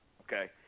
okay